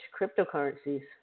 cryptocurrencies